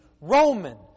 Roman